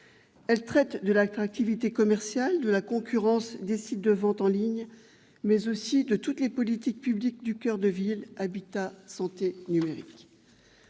Elle traite de l'attractivité commerciale, de la concurrence des sites de ventes en ligne, mais aussi de toutes les politiques publiques du coeur de ville : habitat, santé, numérique